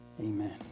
Amen